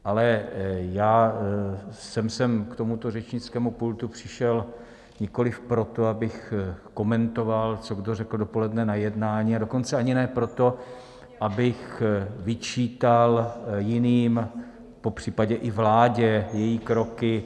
Ale já jsem sem k tomuto řečnickému pultu přišel nikoliv proto, abych komentoval, co kdo řekl dopoledne na jednání, a dokonce ani ne proto, abych vyčítal jiným, popřípadě i vládě, jejich kroky.